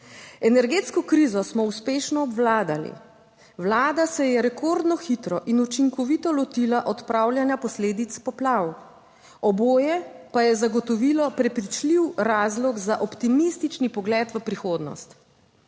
Energetsko krizo smo uspešno obvladali, Vlada se je rekordno hitro in učinkovito lotila odpravljanja posledic poplav. Oboje pa je zagotovilo prepričljiv razlog za optimistični pogled v prihodnost.